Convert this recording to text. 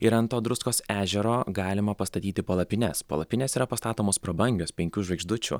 ir ant to druskos ežero galima pastatyti palapines palapinės yra pastatomos prabangios penkių žvaigždučių